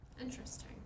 interesting